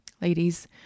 Ladies